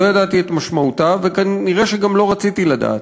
לא ידעתי את משמעותה וכנראה שגם לא רציתי לדעת.